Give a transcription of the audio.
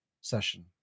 session